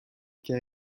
car